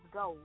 go